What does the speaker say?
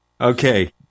Okay